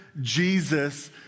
Jesus